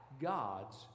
God's